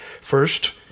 First